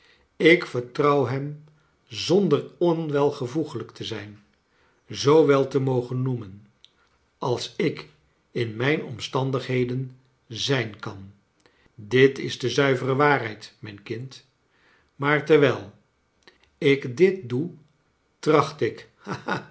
ik vertrouw hem zonder onwelvoegelijk te zijn zoo wel te niogen noemen als ik in mijn omstandigheden zijn kan bit is de zuivere waarheid mijn kind maar terwijl ik dit doe traoht ik